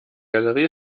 galerie